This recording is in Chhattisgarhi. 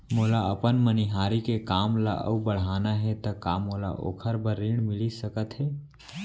मोला अपन मनिहारी के काम ला अऊ बढ़ाना हे त का मोला ओखर बर ऋण मिलिस सकत हे?